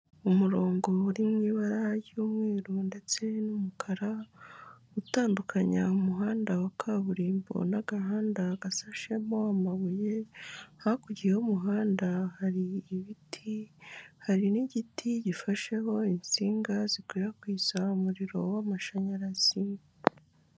Umurongo uri mu ibara ry'umweru ndetse n'umukara, utandukanya umuhanda wa kaburimbo n'agahanda gasashemo amabuye, hakurya y'umuhanda hari ibiti hari n'igiti gifasheho insinga zikwirakwiza umuriro w'amashanyarazi.